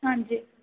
ਹਾਂਜੀ